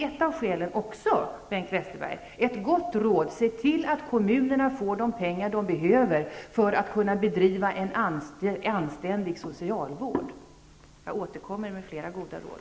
Ett gott råd: Se till att kommunerna får de pengar de behöver för att kunna bedriva en anständig socialvård! -- Jag återkommer med fler goda råd.